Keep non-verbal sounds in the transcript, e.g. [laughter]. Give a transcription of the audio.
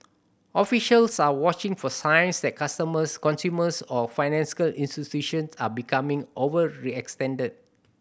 officials are watching for signs that customers consumers or [unintelligible] institutions are becoming overextended